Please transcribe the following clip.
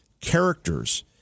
characters